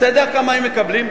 אתה יודע כמה הם מקבלים?